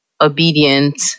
obedient